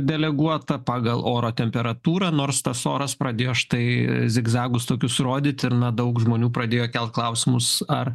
deleguota pagal oro temperatūrą nors tas oras pradėjo štai zigzagus tokius rodyt ir na daug žmonių pradėjo kelt klausimus ar